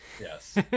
Yes